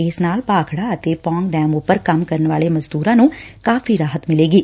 ਇਸ ਨਾਲ ਭਾਖੜਾ ਅਤੇ ਪੋਗ ਡੈਮ ਉਪਰ ਕੰਮ ਕਰਨ ਵਾਲੇ ਮਜ਼ਦੁਰਾਂ ਨੂੰ ਕਾਫ਼ੀ ਰਾਹਤ ਮਿਲੇਗੀ